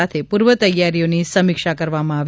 સાથે પૂર્વતૈયરાઓની સમીક્ષા કરવામાં આવી